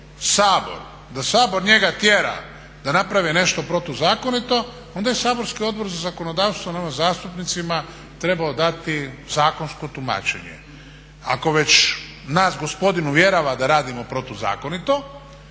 da Sabor njega tjera da napravi nešto protuzakonito onda je saborski Odbor za zakonodavstvo nama zastupnicima trebao dati zakonsko tumačenje. Ako već nas gospodin uvjerava da radimo protuzakonito,